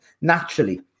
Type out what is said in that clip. naturally